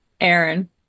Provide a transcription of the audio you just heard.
aaron